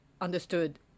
understood